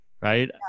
Right